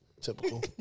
Typical